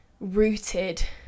rooted